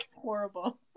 horrible